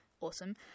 awesome